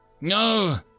no